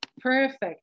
perfect